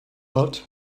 but